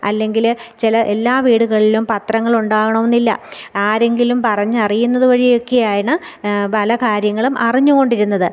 അല്ലെങ്കിൽ ചില എല്ലാ വീടുകളിലും പത്രങ്ങൾ ഉണ്ടാവണമെന്നില്ല ആരെങ്കിലും പറഞ്ഞ് അറിയുന്നത് വഴിയൊക്കെയാണ് പല കാര്യങ്ങളും അറിഞ്ഞുകൊണ്ടിരുന്നത്